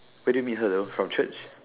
where did you meet her though from Church